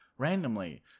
randomly